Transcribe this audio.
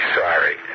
sorry